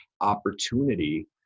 opportunity